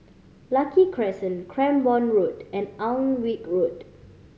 Lucky Crescent Cranborne Road and Alnwick Road